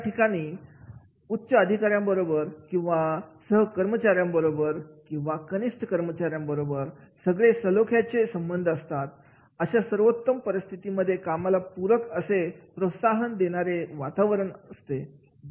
ज्या ठिकाणी उच्च अधिकाऱ्यांबरोबर किंवा सहा कामगारांबरोबर किंवा कनिष्ठ कामगारांबरोबर सगळ्यांचे सलोख्याचे संबंध असतात अशा अशा सर्वोत्तम संस्थेमध्ये कामाला पूरक असे प्रोत्साहन देणारे वातावरण असते